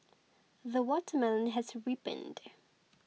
the watermelon has ripened